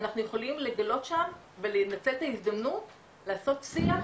אנחנו יכולים לגלות שם ולנצל את ההזדמנות לעשות שיח